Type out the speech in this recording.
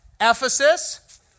Ephesus